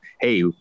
hey